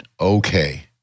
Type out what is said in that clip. okay